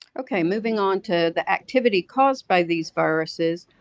okay, moving onto the activity caused by these viruses.